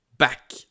back